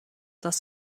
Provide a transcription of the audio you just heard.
das